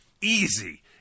easy